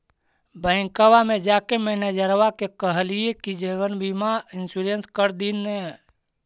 बैंकवा मे जाके मैनेजरवा के कहलिऐ कि जिवनबिमा इंश्योरेंस कर दिन ने?